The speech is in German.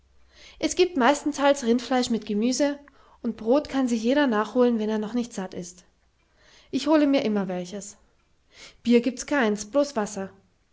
es giebt meistenteils rindfleisch mit gemiese und brot kann sich jeder nachholen wenn er noch nicht satt ist ich hole mir immer welches bier giebts keins blos wasser